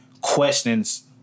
questions